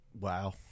Wow